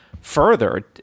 further